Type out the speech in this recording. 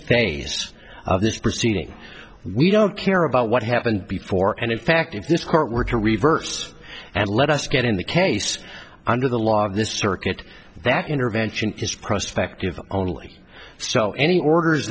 things of this proceeding we don't care about what happened before and in fact if this court were to reverse and let us get in the case under the law of this circuit that intervention is prospect of only so any orders